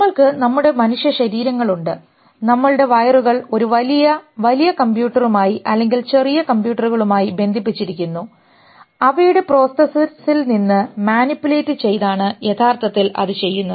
നമ്മൾക്ക് നമ്മളുടെ മനുഷ്യശരീരങ്ങളുണ്ട് നമ്മളുടെ വയറുകൾ ഒരു വലിയ വലിയ കമ്പ്യൂട്ടറുമായി അല്ലെങ്കിൽ ചെറിയ കമ്പ്യൂട്ടറുകളുമായി ബന്ധിപ്പിച്ചിരിക്കുന്നു അവയുടെ prosthesisൽ നിന്ന് മാനിപുലേറ്റ് ചെയ്താണ് യഥാർത്ഥത്തിൽ അത് ചെയ്യുന്നത്